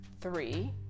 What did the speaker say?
Three